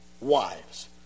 wives